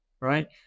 right